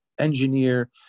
engineer